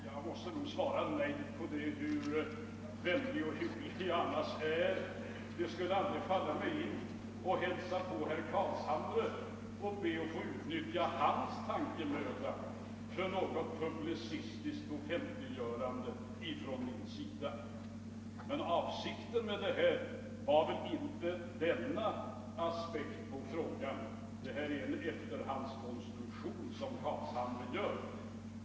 Jag måste nog svara nej på det, hur vänlig och hygglig jag annars än är. Det skulle aldrig falla mig in att hälsa på herr Carlshamre och be att få utnyttja hans tankemöda för något publicistiskt offentliggörande. Men avsikten med frågan var väl inte denna aspekt; den är en efterhandskonstruktion av herr Carlshamre.